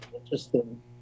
interesting